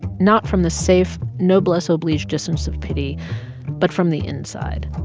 not from the safe, noblesse oblige distance of pity but from the inside.